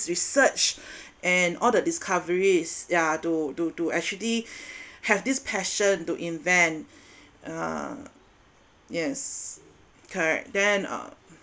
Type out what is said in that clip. research and all the discoveries yeah to to to actually have this passion to invent uh yes correct then uh